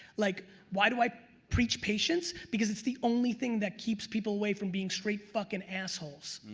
like why do i preach patience? because it's the only thing that keeps people away from being straight fuckin' assholes.